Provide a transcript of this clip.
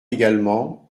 également